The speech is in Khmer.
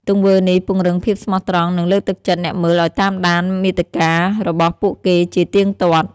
ទង្វើនេះពង្រឹងភាពស្មោះត្រង់ និងលើកទឹកចិត្តអ្នកមើលឱ្យតាមដានមាតិការបស់ពួកគេជាទៀងទាត់។